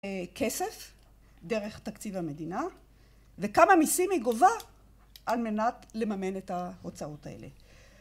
כסף דרך תקציב המדינה וכמה מיסים היא גובה על מנת לממן את ההוצאות האלה.